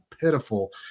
pitiful